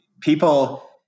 people